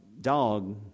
dog